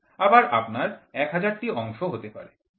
আবার আপনার ১০০০ টি অংশ হতে পারে